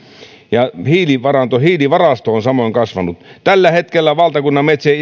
ja hiilivarasto hiilivarasto on samoin kasvanut valtakunnan metsien